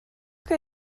que